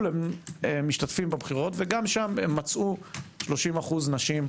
הם משתתפים בבחירות וגם שם מצאו 30% נשים.